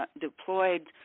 deployed